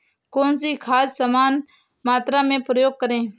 कौन सी खाद समान मात्रा में प्रयोग करें?